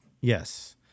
Yes